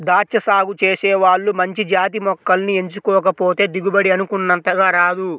దాచ్చా సాగు చేసే వాళ్ళు మంచి జాతి మొక్కల్ని ఎంచుకోకపోతే దిగుబడి అనుకున్నంతగా రాదు